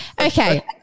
Okay